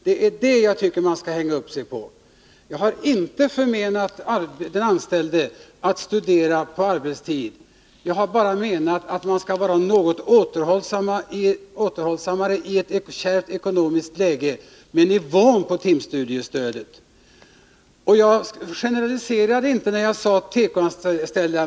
Det är det jag reagerar emot. Jag har inte förmenat den anställde att studera på arbetstid, men jag anser att i ett kärvt ekonomiskt läge skall vi vara något återhållsammare beträffande nivån på timstudiestödet. Jag generaliserade inte när jag nämnde de tekoanställda.